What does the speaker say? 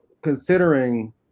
considering